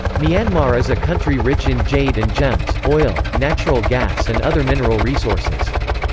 myanmar is a country rich in jade and gems, oil, natural gas and other mineral resources.